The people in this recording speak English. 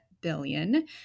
billion